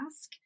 ask